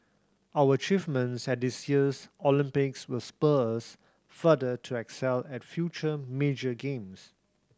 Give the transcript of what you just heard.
our achievements at this year's Olympics will spur us further to excel at future major games